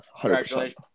Congratulations